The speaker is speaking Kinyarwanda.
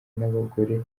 n’abagore